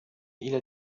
إلى